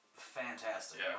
Fantastic